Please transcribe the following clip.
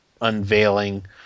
unveiling